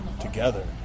together